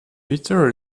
peter